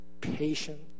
patient